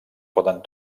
poden